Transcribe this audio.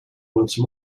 once